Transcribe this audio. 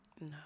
no